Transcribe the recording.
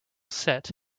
set